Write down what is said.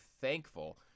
thankful